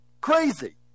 crazy